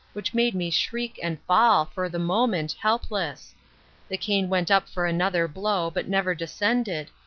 which made me shriek and fall for the moment, helpless the cane went up for another blow, but never descended,